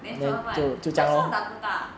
then confirm right 为什么 dakota